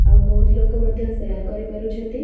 ଆଉ ବହୁତ ଲୋକ ମଧ୍ୟ ସେୟାର୍ କରି ପାରୁଛନ୍ତି